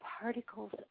particles